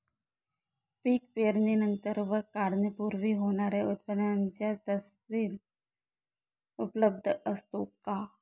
पीक पेरणीनंतर व काढणीपूर्वी होणाऱ्या उत्पादनाचा तपशील उपलब्ध असतो का?